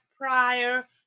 prior